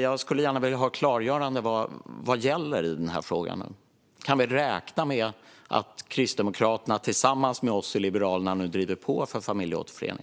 Jag skulle gärna vilja ha ett klargörande. Vad gäller i den här frågan? Kan vi räkna med att Kristdemokraterna tillsammans med oss i Liberalerna nu driver på för familjeåterförening?